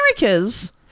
America's